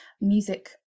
music